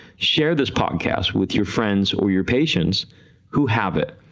share this podcast with your friends or your patients who have it,